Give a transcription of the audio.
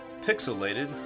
Pixelated